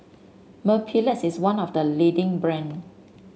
mepilex is one of the leading brands